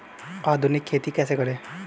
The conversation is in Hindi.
आधुनिक खेती कैसे करें?